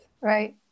Right